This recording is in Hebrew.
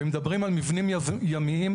ומדברים על מבנים ימיים,